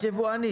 את יבואנית?